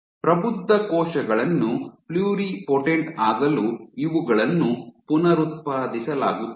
ಪ್ರಬುದ್ಧ ಕೋಶಗಳನ್ನು ಪ್ಲುರಿಪೊಟೆಂಟ್ ಆಗಲು ಇವುಗಳನ್ನು ಪುನರುತ್ಪಾದಿಸಲಾಗುತ್ತದೆ